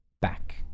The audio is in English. back